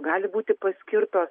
gali būti paskirtos